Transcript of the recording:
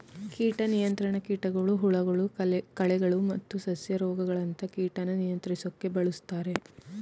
ಕೀಟ ನಿಯಂತ್ರಣ ಕೀಟಗಳು ಹುಳಗಳು ಕಳೆಗಳು ಮತ್ತು ಸಸ್ಯ ರೋಗಗಳಂತ ಕೀಟನ ನಿಯಂತ್ರಿಸೋಕೆ ಬಳುಸ್ತಾರೆ